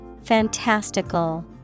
Fantastical